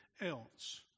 else